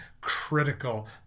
critical